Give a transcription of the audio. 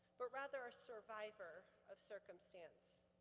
but rather a survivor of circumstance.